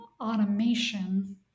automation